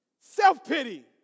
self-pity